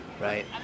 Right